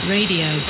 Radio